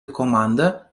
komanda